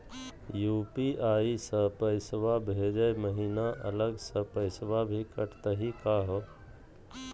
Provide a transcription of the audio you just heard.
UPI स पैसवा भेजै महिना अलग स पैसवा भी कटतही का हो?